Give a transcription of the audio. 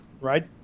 right